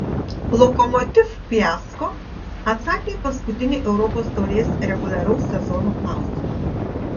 lokomotiv fiasko atsakė į paskutinį europos taurės reguliaraus sezono klausimą